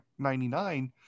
99